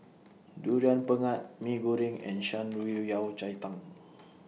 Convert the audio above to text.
Durian Pengat Mee Goreng and Shan Rui Yao Cai Tang